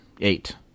Eight